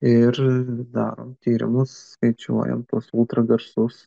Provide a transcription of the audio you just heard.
ir darom tyrimus skaičiuojam tuos ultragarsus